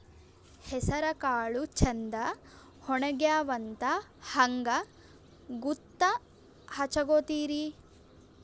ಹೆಸರಕಾಳು ಛಂದ ಒಣಗ್ಯಾವಂತ ಹಂಗ ಗೂತ್ತ ಹಚಗೊತಿರಿ?